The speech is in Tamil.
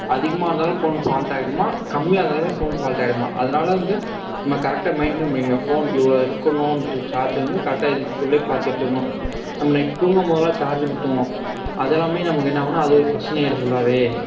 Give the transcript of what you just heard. அதிகமாக இருந்தாலும் ஃபோன் ஃபால்ட் ஆகிடுமா கம்மியாக இருந்தாலுமே ஃபோன் ஃபால்ட் ஆகிடுமா அதனால வந்து நம்ம கரெக்டாக மெயின்டன் பண்ணிக்கணும் ஃபோன் இவ்வளோ இருக்குணன்ட்டு சார்ஜ் வந்து கரெக்டாக இதுக்குள்ளையே பார்த்து எடுத்துக்கணும் நம்ம நைட் தூங்கும் போதெல்லாம் சார்ஜ் போட்டோம் அதெல்லாமே நமக்கு என்ன ஆகும்னா அது ஒரு பிரச்சனையாகிடும் ஃபுல்லாவே